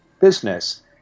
business